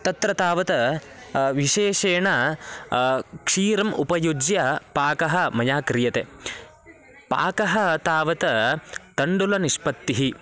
तत्र तावत् विशेषेण क्षीरम् उपयुज्य पाकं मया क्रियते पाकः तावत् तण्डुलनिष्पत्तिः